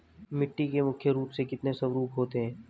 मिट्टी के मुख्य रूप से कितने स्वरूप होते हैं?